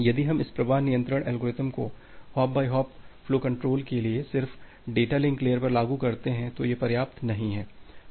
यदि हम इस प्रवाह नियंत्रण एल्गोरिथ्म को hop by hop flow control के लिए सिर्फ डेटा लिंक लेयर पर लागू करते हैं तो यह पर्याप्त नहीं है